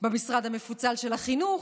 במשרד המפוצל של החינוך,